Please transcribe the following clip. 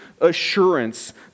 assurance